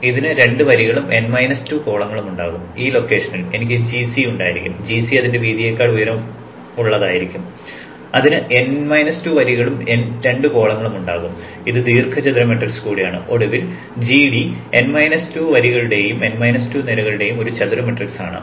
ഇതിന് 2 വരികളും n 2 കോളങ്ങളും ഉണ്ട് ഈ ലൊക്കേഷനിൽ എനിക്ക് gC ഉണ്ടായിരിക്കും gC അതിന്റെ വീതിയേക്കാൾ ഉയരം ഉള്ളതായിരിക്കും അതിന് n 2 വരികളും 2 കോളങ്ങളും ഉണ്ടാകും ഇത് ഒരു ദീർഘചതുര മാട്രിക്സ് കൂടിയാണ് ഒടുവിൽ gD n 2 വരികളുടെയും n 2 നിരകളുടെയും ഒരു ചതുര മാട്രിക്സ് ആണ്